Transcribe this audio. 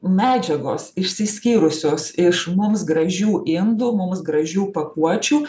medžiagos išsiskyrusios iš mums gražių indų mums gražių pakuočių